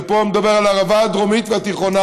פה אני מדבר על הערבה הדרומית והתיכונה,